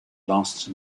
last